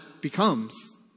becomes